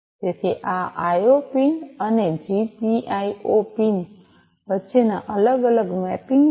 તેથી આ IO pin અને GPIO પિન વચ્ચેના અલગ અલગ મેપિંગ છે